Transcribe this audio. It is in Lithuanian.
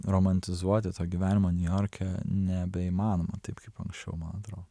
romantizuoti tą gyvenimą niujorke nebeįmanoma taip kaip anksčiau man atrodo